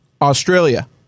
Australia